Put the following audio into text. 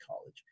college